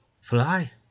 fly